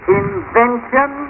invention